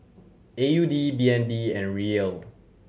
A U D B N D and Riel